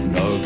no